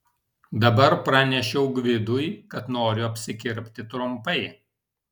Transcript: dabar pranešiau gvidui kad noriu apsikirpti trumpai